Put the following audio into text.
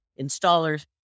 installers